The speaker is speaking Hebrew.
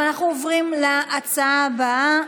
ואנחנו עוברים להצעה הבאה,